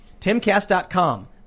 timcast.com